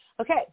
Okay